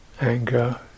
anger